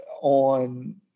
on